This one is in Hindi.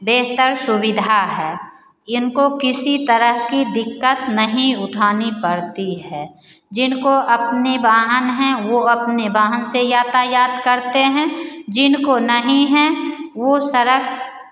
बेहतर सुविधा है इनको किसी तरह की दिक्कत नहीं उठानी पड़ती है जिनको अपनी वाहन है वो अपने वाहन से यातायात करते हैं जिनको नहीं है वो सड़क